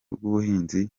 rw’ubuhinzi